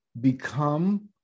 become